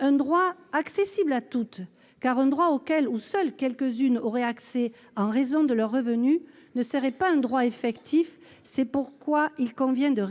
Ce droit doit être accessible à toutes, car un droit auquel seules quelques-unes auraient accès du fait de leurs revenus ne serait pas un droit effectif. C'est la raison pour